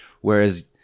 whereas